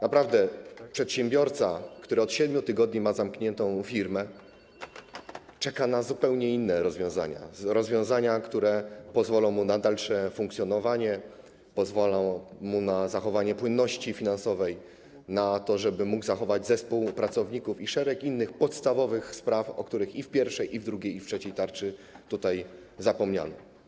Naprawdę przedsiębiorca, który od 7 tygodni ma zamkniętą firmę, czeka na zupełnie inne rozwiązania, rozwiązania, które pozwolą mu na dalsze funkcjonowanie, pozwolą mu na zachowanie płynności finansowej, na to, żeby mógł zachować zespół pracowników, i szereg innych podstawowych spraw, o których i w pierwszej, i w drugiej, i w trzeciej tarczy zapomniano.